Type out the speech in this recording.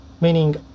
meaning